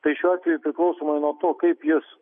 tai šiuo atveju priklausomai nuo to kaip jis